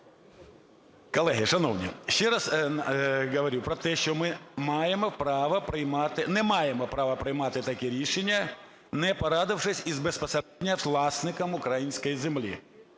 Колеги, шановні, ще раз говорю про те, що ми маємо право приймати… не маємо права приймати таке рішення, не порадившись із безпосередньо власником української землі